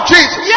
Jesus